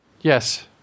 Yes